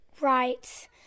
Right